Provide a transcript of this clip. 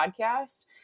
podcast